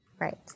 Right